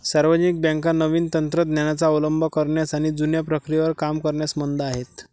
सार्वजनिक बँका नवीन तंत्र ज्ञानाचा अवलंब करण्यास आणि जुन्या प्रक्रियेवर काम करण्यास मंद आहेत